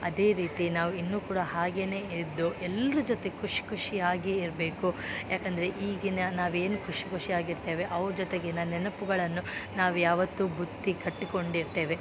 ಅದೇ ರೀತಿ ನಾವು ಇನ್ನು ಕೂಡ ಹಾಗೆಯೇ ಇದ್ದು ಎಲ್ರ ಜೊತೆ ಖುಷಿ ಖುಷಿಯಾಗಿ ಇರಬೇಕು ಯಾಕೆಂದ್ರೆ ಈಗಿನ ನಾವು ಏನು ಖುಷಿ ಖುಷಿ ಆಗಿರ್ತೇವೆ ಅವ್ರ ಜೊತೆಗಿನ ನೆನಪುಗಳನ್ನು ನಾವು ಯಾವತ್ತೂ ಬುತ್ತಿ ಕಟ್ಟಿಕೊಂಡು ಇರ್ತೇವೆ